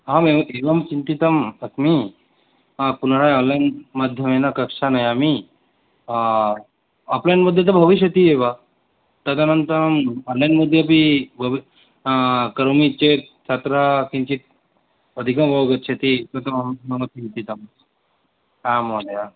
अहमेव एवं चिन्तितम् अस्मि पुनः आन्लैन्माध्यमेन कक्षां नयामि ओफ़्लैन् मध्ये तु भविष्यति एव तदनन्तरम् आन्लैन् मध्येऽपि करोमि चेत् छात्रा किञ्चिद् अधिकम् अवगच्छन्ति तत्र म मम चिन्तितम् आं महोदये